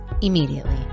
immediately